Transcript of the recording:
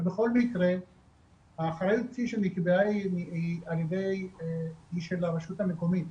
אבל בכל מקרה האחריות היא של הרשות המקומית,